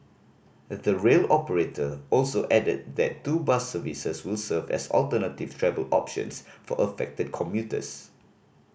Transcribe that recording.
the rail operator also added that two bus services will serve as alternative travel options for affected commuters